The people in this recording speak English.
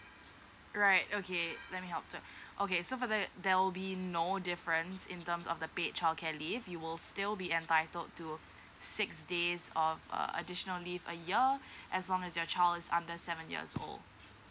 right okay let me help out okay so for that there will be no difference in terms of the bed childcare leave you will still be entitled to six days of uh additional leave a year as long as your child is under seven years old